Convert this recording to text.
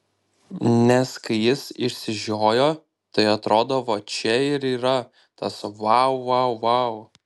nes kai jis išsižiojo tai atrodo va čia ir yra tas vau vau vau